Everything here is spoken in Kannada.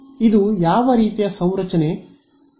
ಇದು ಯಾವ ರೀತಿಯ ಸಂರಚನೆ ನಿಮಗೆ ನೆನಪಿಸುತ್ತದೆ